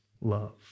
love